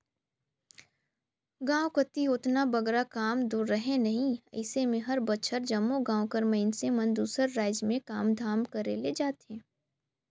गाँव कती ओतना बगरा काम दो रहें नई अइसे में हर बछर जम्मो गाँव कर मइनसे मन दूसर राएज में काम धाम करे ले जाथें